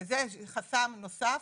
וזה חסם נוסף.